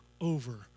over